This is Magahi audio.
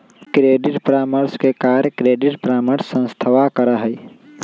क्रेडिट परामर्श के कार्य क्रेडिट परामर्श संस्थावह करा हई